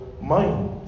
mind